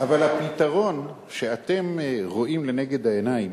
אבל הפתרון שאתם רואים לנגד העיניים,